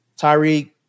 Tyreek